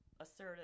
assertive